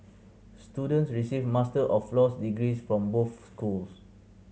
students receive Master of Laws degrees from both schools